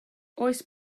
oes